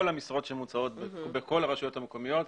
המשרות שמוצעות בכל הרשויות המקומיות.